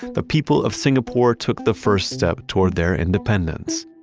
the people of singapore took the first step toward their independence.